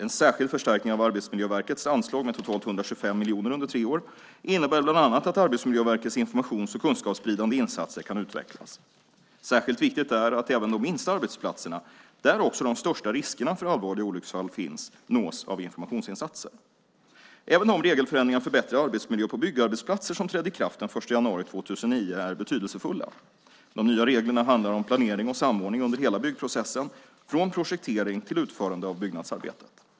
En särskild förstärkning av Arbetsmiljöverkets anslag med totalt 125 miljoner under tre år innebär bland annat att Arbetsmiljöverkets informations och kunskapsspridande insatser kan utvecklas. Särskilt viktigt är att även de minsta arbetsplatserna, där också de största riskerna för allvarliga olycksfall finns, nås av informationsinsatser. Även de regelförändringar för bättre arbetsmiljö på byggarbetsplatser som trädde i kraft den 1 januari 2009 är betydelsefulla. De nya reglerna handlar om planering och samordning under hela byggprocessen, från projektering till utförande av byggnadsarbetet.